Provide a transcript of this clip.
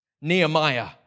Nehemiah